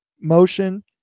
motion